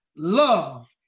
love